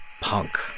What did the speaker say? Punk